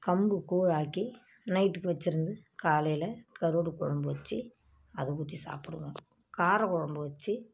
கம்பு கூழ் ஆக்கி நைட்டுக்கு வெச்சுருந்து காலையில் கருவாட்டு குழம்பு வெச்சு அதை ஊற்றி சாப்பிடுவோம் கார குழம்பு வெச்சு